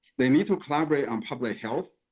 they need to collaborate on public health.